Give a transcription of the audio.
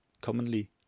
commonly